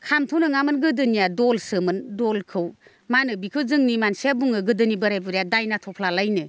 खामथ' नङामोन गोदोनिया दलसोमोन दलखौ मा होनो बेखौ जोंनि मानसिया बुङो गोदोनि बोराइ बुरैया दायना थफ्लालायनो